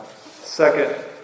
second